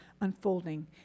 unfolding